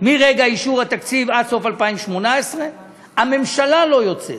מרגע אישור התקציב עד סוף 2018, והממשלה לא יוצאת